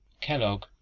Kellogg